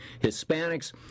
Hispanics